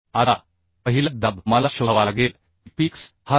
आता पहिला दबाव मला शोधावा लागेल की p x हा 2